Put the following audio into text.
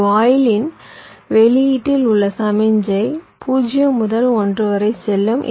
ஒரு வாயிலின் வெளியீட்டில் உள்ள சமிக்ஞை 0 முதல் 1 வரை செல்லும்